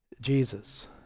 Jesus